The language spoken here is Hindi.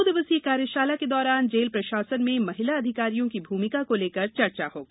दो दिवसीय कार्यशाला के दौरान जेल प्रशासन में महिला अधिकारियों की भूमिका को लेकर चर्चा होगी